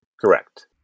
Correct